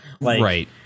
Right